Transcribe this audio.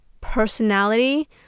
personality